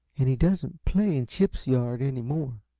and he doesn't play in chip's yard any more.